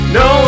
no